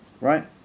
right